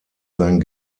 sein